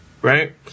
Right